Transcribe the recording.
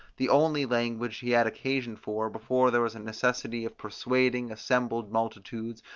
the only language he had occasion for, before there was a necessity of persuading assembled multitudes,